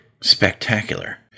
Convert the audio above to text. Spectacular